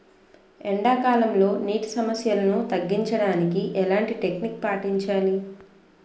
ఎండా కాలంలో, నీటి సమస్యలను తగ్గించడానికి ఎలాంటి టెక్నిక్ పాటించాలి?